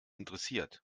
interessiert